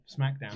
smackdown